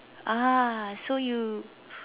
ah so you